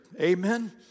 Amen